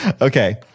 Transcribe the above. okay